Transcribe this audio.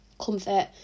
comfort